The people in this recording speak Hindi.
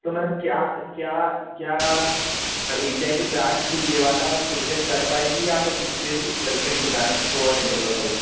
तो मैम क्या क्या क्या इंडिया की ब्रांच यह वाला प्रोजेक्ट कर पाएगी या मैं दूसरे से कंट्री को ब्रांच को हैंड ओवर करूँ